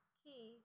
key